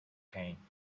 came